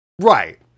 Right